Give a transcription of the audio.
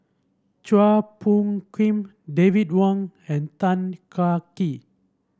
Chua Phung Kim David Wong and Tan Kah Kee